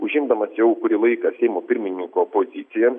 užimdamas jau kurį laiką seimo pirmininko poziciją